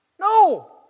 No